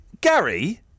Gary